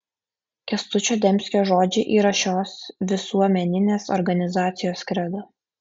kęstučio demskio žodžiai yra šios visuomeninės organizacijos kredo